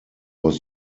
was